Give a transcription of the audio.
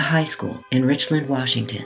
high school in richland washington